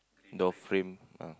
door frame ah